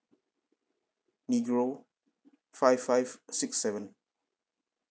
negro five five six seven